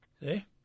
See